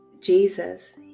Jesus